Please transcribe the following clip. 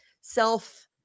self